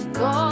go